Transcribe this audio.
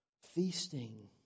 feasting